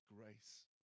grace